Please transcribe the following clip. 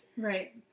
Right